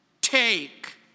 take